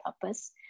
purpose